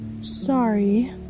Sorry